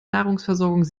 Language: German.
nahrungsversorgung